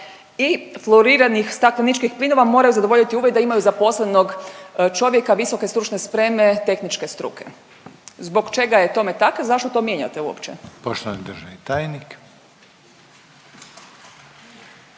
i floriranih stakleničkih plinova mora zadovoljiti uvjet da imaju zaposlenog čovjeka visoke stručne spreme tehničke struke. Zbog čega je tome tako i zašto to mijenjate uopće? **Reiner, Željko